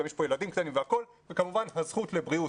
גם יש פה ילדים קטנים, וכמובן הזכות לבריאות.